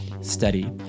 study